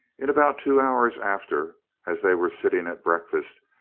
in about two hours after, as they were sitting at breakfast,